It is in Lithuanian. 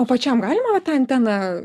o pačiam galima antena